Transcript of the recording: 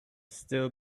still